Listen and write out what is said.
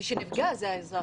מי שנפגע זה האזרח.